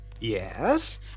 yes